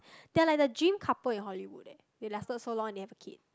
they are like the dream couple in Hollywood leh they lasted so long and they have a kid